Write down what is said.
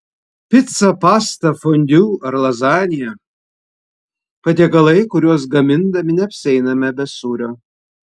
pica pasta fondiu ar lazanija patiekalai kuriuos gamindami neapsieiname be sūrio